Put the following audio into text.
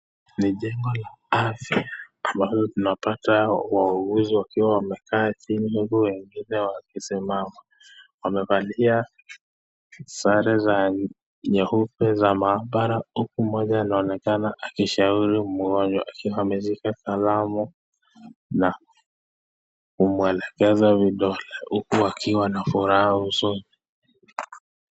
Ni jengo la afya ambapo tunapata wauguzi wakiwa wamekaa chini, huku wengine wakisimama. Wamevalia sare za nyeupe za maabara, huku mmoja anaonekana akishauri mgonjwa akiwa ameshika kalamu na kumwelekeza vidole, huku akiwa na furaha usoni.